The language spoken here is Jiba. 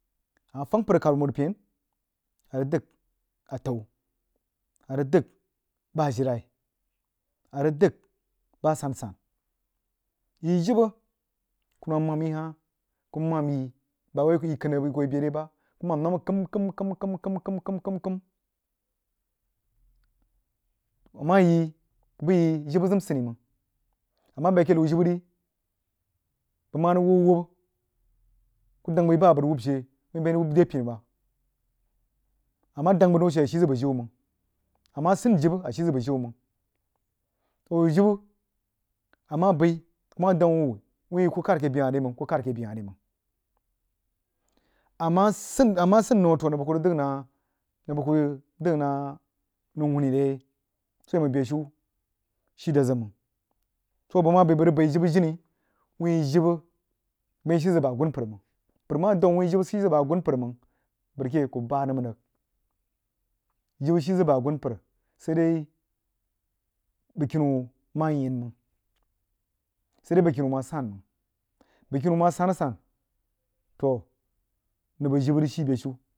A mah fyag mpər a khad wuh amər-pen a rig dəg atau a rig bah ajilai a rig dəg bah asan-san yi jibə kurumam mam yi hah kuh mam yi bawai yí kən rig kuh hoo yi bəg re bah kuh mam nəmmah kəim həim kəim kəim kəim kəim bəg mah yi buh yi jibə zəm sini mang a mah bəi akeh liu jibə ri bəg mah rig wuba a wabbah ndang wuh yi bah a bəg ri wuhb she wui byəi rig wub re pini bah a mah dang bəg daun a she a shi zəg bog jibə mang a mah sən jibə a shii zə bəg jibə mang bəg jibə a mah bəi nmah dang wuh yi kuh kahd ake bel hah ri mang kuh kahd mang a mah sən a mah sən nou toh nəng bəg kuh rig dog nah nou hunni re yai swoh a wai mang beshiu shi dad zəg mang soo bəg mah bəi bəg rig baih jibə jini wuin jibə byəi shi zəg bəg agunpər mang npər a mah dang wuh wuh jibə shii zəg bəg agunpər nang nppər keh bahd nammah rig gibə shi zəg bəg agunpər saidai bəjkini wuh mah yen mang saidai bəjkini wuh mah san mang bəgkini wuh mah san-san toh nəng bəg jibə rig shi beshiu.